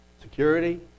security